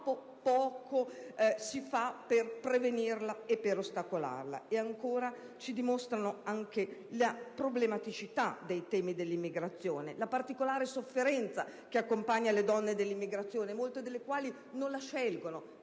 poco si fa per prevenirla e per ostacolarla; ci dimostrano anche la problematicità dei temi dell'immigrazione, la particolare sofferenza che accompagna le donne nell'immigrazione, molto delle quali non la scelgono,